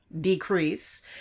decrease